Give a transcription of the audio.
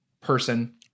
person